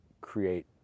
create